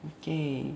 okay